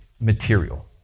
material